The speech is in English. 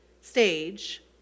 stage